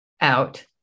out